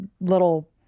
little